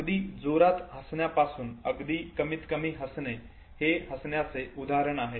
अगदी जोरात हसण्यापासून अगदी कमीतकमी हसणे हे हसण्याचे उदाहरण आहे